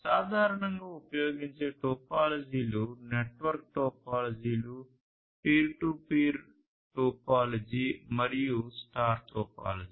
సాధారణంగా ఉపయోగించే టోపోలాజీలు నెట్వర్క్ టోపోలాజీలు పీర్ టు పీర్ టోపోలాజీ మరియు స్టార్ టోపోలాజీ